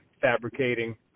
fabricating